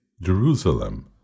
Jerusalem